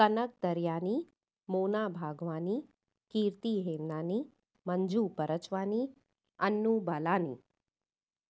Kanak Dariyani Mona Bhagwani Kirti Hemnani Manju Parjwani Anu Balani